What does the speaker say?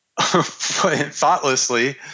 thoughtlessly